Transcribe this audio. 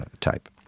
type